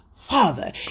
Father